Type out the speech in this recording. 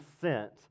sent